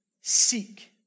Seek